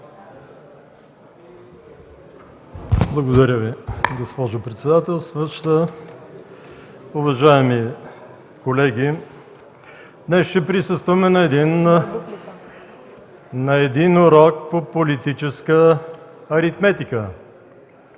Благодаря Ви, госпожо председателстваща. Уважаеми колеги, днес ще присъстваме на урок по политическа аритметика.